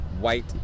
white